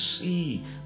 see